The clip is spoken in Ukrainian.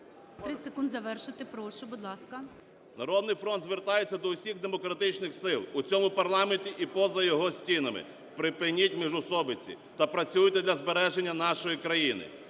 "Народний фронт" звертається до всіх демократичних сил в цьому парламенті і поза його стінами. Припиніть міжусобиці та працюйте для збереження нашої країни.